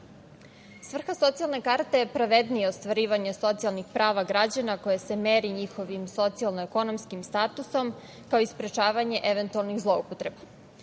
socijalne karte je pravednije ostvarivanje socijalnih prava građana koje se meri njihovim socijalno-ekonomskim statusom, kao i sprečavanje eventualnih zloupotreba.